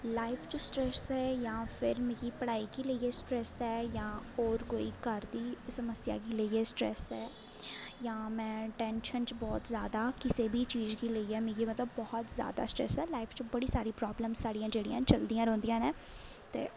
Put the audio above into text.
life च stress जां मिगी पढ़ाई गी लेइयै स्ट्रैस्स ऐ जां होर कोई घर दी स्मस्या गी लेइयै स्ट्रैस्स ऐ जां में टैंशन बहुत जैदा कुसै बी चीज गी लेइयै मिगी मतलब बहुत जैदा स्ट्रैस्स ऐ लाईफ च बड़ी जैदा प्रावलमां जेह्ड़ियां चलदियां रौंह्दियां न ते